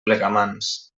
plegamans